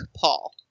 Paul